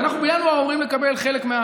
כי אנחנו בינואר אמורים לקבל חלק,